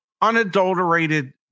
unadulterated